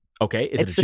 Okay